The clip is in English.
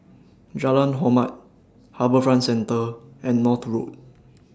Jalan Hormat HarbourFront Centre and North Road